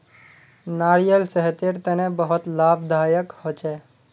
नारियाल सेहतेर तने बहुत लाभदायक होछे